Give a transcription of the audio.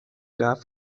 half